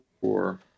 four